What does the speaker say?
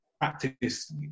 practice